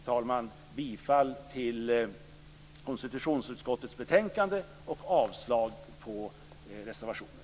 Jag yrkar bifall till hemställan i konstitutionsutskottets betänkande och avslag på reservationerna.